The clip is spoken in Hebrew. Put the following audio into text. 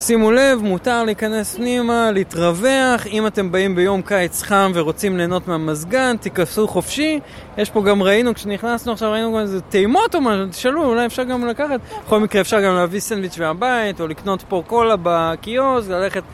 שימו לב, מותר להיכנס פנימה, להתרווח. אם אתם באים ביום קיץ חם ורוצים ליהנות מהמזגן, תיכנסו חופשי. יש פה גם, ראינו כשנכנסנו עכשיו, ראינו גם איזה טעימות או משהו, תשאלו, אולי אפשר גם לקחת. בכל מקרה אפשר גם להביא סנדוויץ' והבית, או לקנות פה קולה בקיוסק, וללכת...